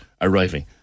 arriving